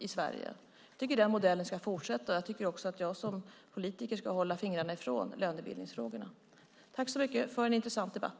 Jag tycker att den modellen ska fortsätta. Som politiker ska jag hålla fingrarna borta från lönebildningsfrågorna. Tack för en intressant debatt.